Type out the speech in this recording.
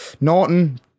Norton